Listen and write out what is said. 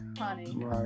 honey